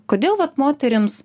kodėl vat moterims